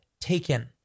taken